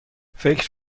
فکر